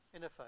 interface